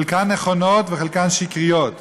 חלקן נכונות וחלקן שקריות.